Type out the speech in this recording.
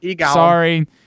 Sorry